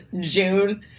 June